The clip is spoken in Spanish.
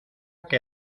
que